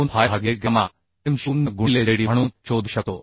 2Fy भागिले gamma M 0 गुणिले JD म्हणून शोधू शकतो